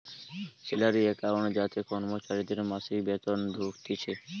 salary account যাতে কর্মচারীদের মাসিক বেতন ঢুকতিছে